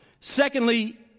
Secondly